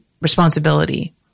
responsibility